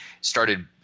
started